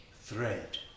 thread